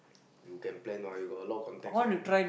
you can plan and all you got a lot of contacts you know